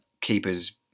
Keeper's